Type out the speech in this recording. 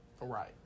Right